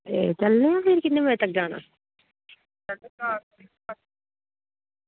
ते चलने आं फिर किन्ने बजे तक जाना